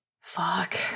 Fuck